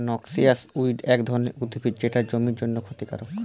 noxious weed এক ধরণের উদ্ভিদ যেটা জমির জন্যে ক্ষতিকারক